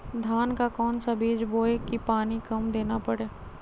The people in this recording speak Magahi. धान का कौन सा बीज बोय की पानी कम देना परे?